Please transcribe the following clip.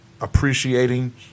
appreciating